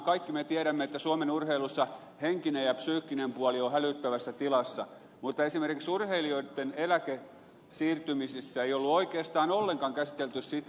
kaikki me tiedämme että suomen urheilussa henkinen ja psyykkinen puoli on hälyttävässä tilassa mutta esimerkiksi urheilijoitten eläkesiirtymisissä ei ollut oikeastaan ollenkaan käsitelty sitä